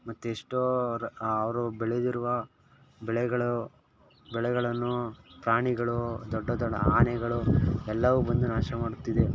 ಮತ್ತು ಎಷ್ಟೋ ರ ಅವರು ಬೆಳೆದಿರುವ ಬೆಳೆಗಳು ಬೆಳೆಗಳನ್ನು ಪ್ರಾಣಿಗಳು ದೊಡ್ಡ ದೊಡ್ಡ ಆನೆಗಳು ಎಲ್ಲವೂ ಬಂದು ನಾಶ ಮಾಡುತ್ತಿದೆ